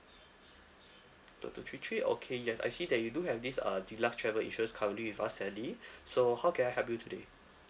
two two three three okay yes I see that you do have this uh deluxe travel insurance currently with us sally so how can I help you today